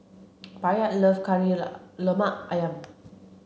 Bayard love Kari Lemak Ayam